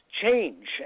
change